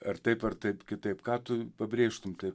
ar taip ar taip kitaip ką tu pabrėžtum taip